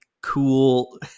cool